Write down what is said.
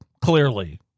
clearly